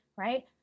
right